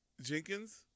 Jenkins